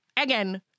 again